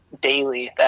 daily